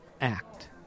act